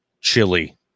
chili